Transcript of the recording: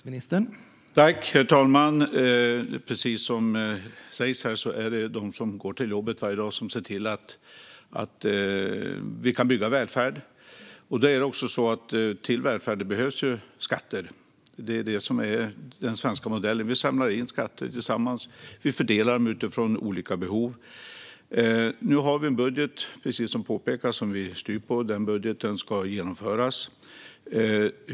Herr talman! Precis som sas är det de som går till jobbet varje dag som ser till att vi kan bygga välfärd, och till välfärd behövs skatter. I den svenska modellen samlar vi in skatter tillsammans och fördelar utifrån olika behov. Som det påpekades har vi en budget som vi styr på, och denna budget ska genomföras.